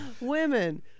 women